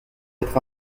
être